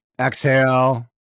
exhale